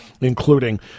including